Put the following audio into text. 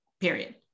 period